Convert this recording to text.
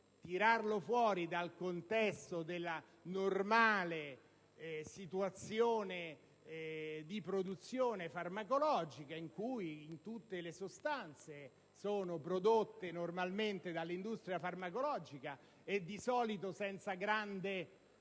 tirarli fuori dal contesto della normale situazione di produzione farmacologica (in cui tutte le sostanze sono prodotte normalmente dall'industria farmacologica e di solito senza grande